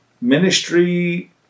ministry